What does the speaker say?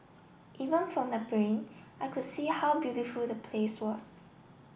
even from the plane I could see how beautiful the place was